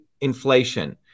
inflation